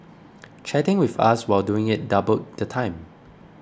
chatting with us while doing it doubled the time